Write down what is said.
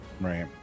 Right